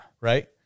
Right